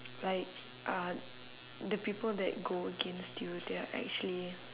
like uh the people that go against you they are actually